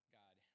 god